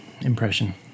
impression